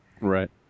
Right